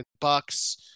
Bucks